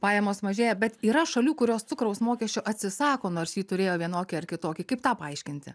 pajamos mažėja bet yra šalių kurios cukraus mokesčio atsisako nors jį turėjo vienokį ar kitokį kaip tą paaiškinti